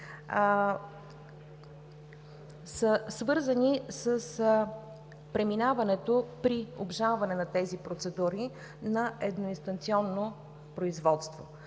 свързани с преминаването при обжалване на тези процедури на едноинстанционно производство.